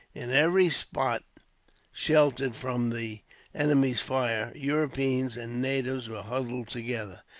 in every spot sheltered from the enemy's fire, europeans and natives were huddled together.